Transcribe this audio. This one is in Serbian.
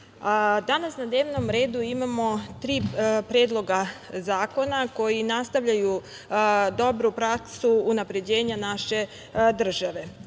danas na dnevnom redu imamo tri predloga zakona koji nastavljaju dobru praksu unapređenja naše države. Ja